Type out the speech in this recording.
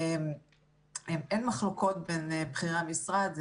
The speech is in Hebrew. אין מחלוקות בין בכירי המשרד.